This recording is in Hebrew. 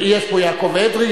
יש פה יעקב אדרי,